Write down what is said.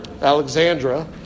Alexandra